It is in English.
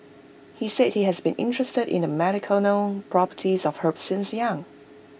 he said he has been interested in the medicinal properties of herbs since young